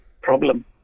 problem